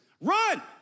run